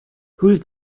hull